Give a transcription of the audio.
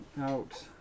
Out